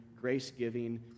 grace-giving